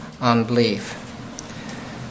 unbelief